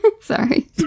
Sorry